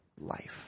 life